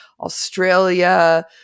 Australia